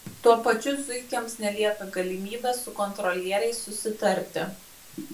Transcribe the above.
tuo pačiu zuikiams nelieka galimybės su kontrolieriais susitarti